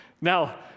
Now